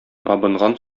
абынган